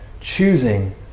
choosing